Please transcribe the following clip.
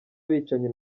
bicanyi